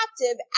captive